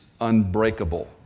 unbreakable